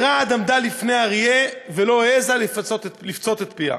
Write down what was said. ברעד עמדה לפני האריה ולא העזה לפצות את פיה.